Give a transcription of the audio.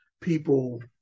people